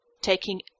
taking